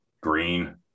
Green